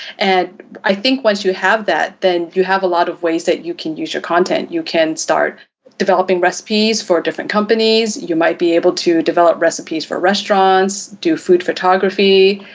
and i think once you have that, then you have a lot of ways that you can use your content. you can start developing recipes for different companies, you might be able to develop recipes for restaurants, do food photography.